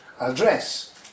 address